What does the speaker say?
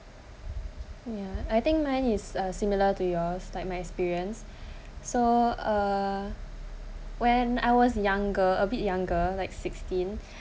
ya I think mine is uh similar to yours like my experience so uh when I was younger a bit younger like sixteen